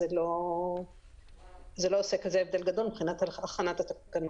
זה לא עושה הבדל גדול מבחינת הכנת התקנות.